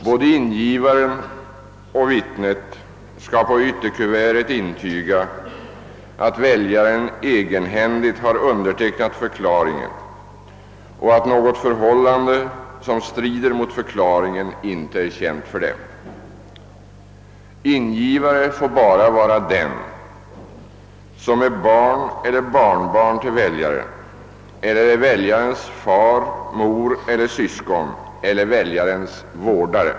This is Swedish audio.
Både ingivaren och vittnet skall på ytterkuvertet intyga att väljaren egenhändigt har undertecknat förklaringen och att något förhållande som strider mot förkla ringen inte är känt för dem. Ingivare får endast den vara som är barn eller barnbarn till väljaren eller är väljarens fader, moder eller syskon eller väljarens vårdare.